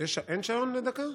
אין שעון לדקה?